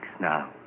now